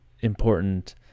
important